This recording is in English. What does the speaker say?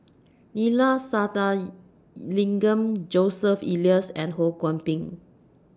Neila Sathyalingam Joseph Elias and Ho Kwon Ping